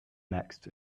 next